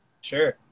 sure